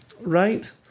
Right